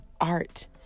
art